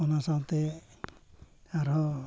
ᱚᱱᱟ ᱥᱟᱶᱛᱮ ᱟᱨᱦᱚᱸ